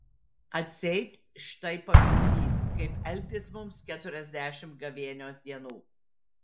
atseit štai pavyzdys kaip elgtis mums keturiasdešimt gavėnios dienų